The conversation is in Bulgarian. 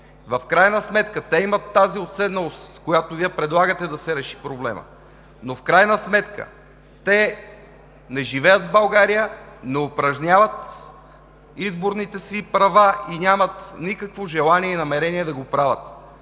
В крайна сметка те имат тази уседналост, с която Вие предлагате да се реши проблемът. Те не живеят в България, не упражняват изборните си права и нямат никакво желание и намерение да го правят.